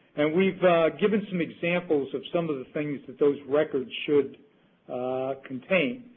and we've given some examples of some of the things that those records should contain,